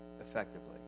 effectively